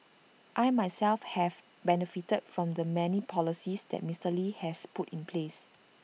I myself have benefited from the many policies that Mister lee has put in place